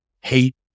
hate